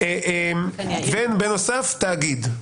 ובנוסף, תאגיד.